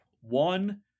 One